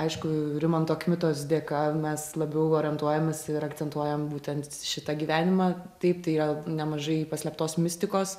aišku rimanto kmitos dėka mes labiau orientuojamės ir akcentuojam būtent šitą gyvenimą taip tai yra nemažai paslėptos mistikos